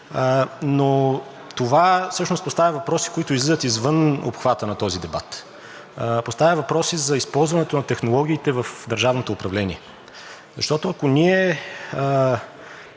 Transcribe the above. но това всъщност поставя въпроси, които излизат извън обхвата на този дебат. Поставя въпроси за използването на технологиите в държавното управление, защото, ако ние